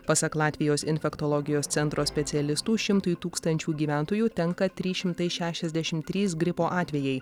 pasak latvijos infektologijos centro specialistų šimtui tūkstančių gyventojų tenka trys šimtai šešiasdešimt trys gripo atvejai